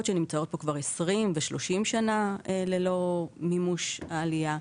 שנמצאות פה כבר 20 ו-30 שנה למימוש העלייה.